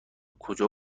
کجا